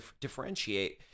differentiate